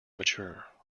mature